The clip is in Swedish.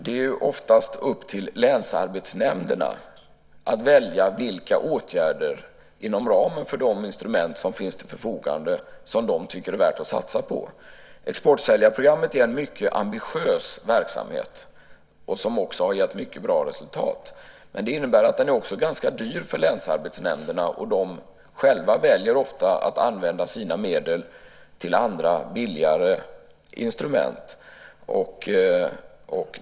Det är oftast upp till länsarbetsnämnderna att välja vilka åtgärder inom ramen för de instrument som finns till förfogande som de tycker är värda att satsa på. Exportsäljarprogrammet är en mycket ambitiös verksamhet som också har gett mycket bra resultat. Det innebär att det är ganska dyrt för länsarbetsnämnderna. De väljer ofta själva att använda sina medel till andra billigare instrument.